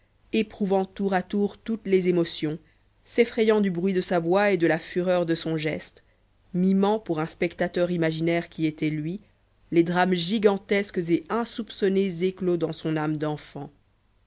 éprouvant tour à tour toutes les émotions s'effrayant du bruit de sa voix et de la fureur de son geste mimant pour un spectateur imaginaire qui était lui les drames gigantesques et insoupçonnés éclos dans son âme d'enfant